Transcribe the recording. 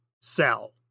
sell